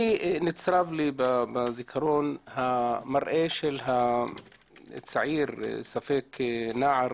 נצרב לי בזיכרון המראה של הצעיר, ספק נער